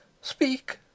Speak